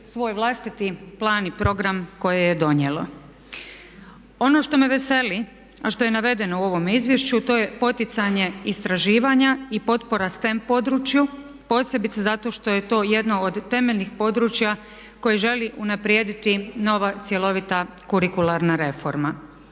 svoj vlastiti plan i program koje je donijelo. Ono što me veseli, a što je navedeno u ovome izvješću to je poticanje istraživanja i potpora STEM području posebice zato što je to jedno od temeljnih područja koje želi unaprijediti nova cjelovita kurikularna reforma.